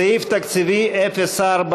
סעיף תקציבי 04,